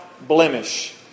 blemish